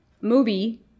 movie